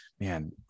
man